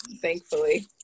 thankfully